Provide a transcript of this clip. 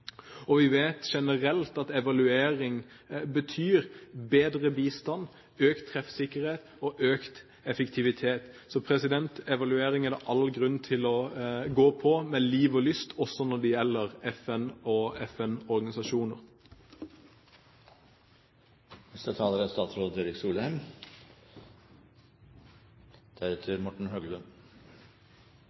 Vi vet generelt at evaluering betyr bedre bistand, økt treffsikkerhet og økt effektivitet. Så evaluering er det all grunn til å gå på med liv og lyst også når det gjelder FN og FN-organisasjoner. Det er